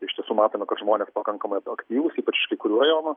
iš tiesų matome kad žmonės pakankamai aktyvūs ypač kai kurių rajonų